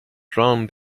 drown